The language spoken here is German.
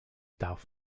darf